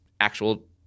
actual